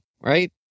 right